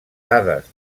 dades